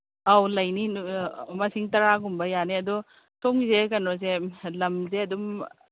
ꯑꯧ ꯂꯩꯅꯤ ꯃꯁꯤꯡ ꯇꯔꯥꯒꯨꯝꯕ ꯌꯥꯅꯤ ꯑꯗꯣ ꯁꯣꯝꯒꯤꯁꯦ ꯀꯩꯅꯣꯁꯦ ꯂꯝꯁꯦ ꯑꯗꯨꯝ